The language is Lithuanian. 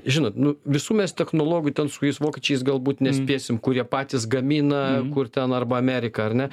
žinot nu visų mes technologijų ten su kokiais vokiečiais galbūt nespėsim kurie patys gamina kur ten arba amerika ar ne